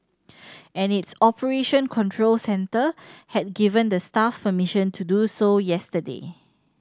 and its operation control centre had given the staff permission to do so yesterday